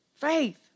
Faith